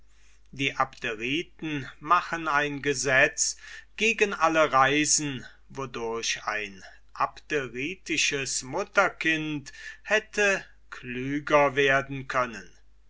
die abderiten machen ein gesetz gegen alle reisen wodurch ein abderitisches mutterkind hätte klüger werden können